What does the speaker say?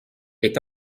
est